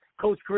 Coach